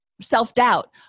self-doubt